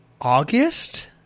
August